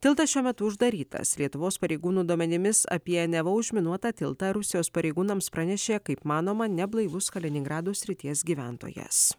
tiltas šiuo metu uždarytas lietuvos pareigūnų duomenimis apie neva užminuotą tiltą rusijos pareigūnams pranešė kaip manoma neblaivus kaliningrado srities gyventojas